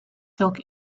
silk